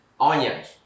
onions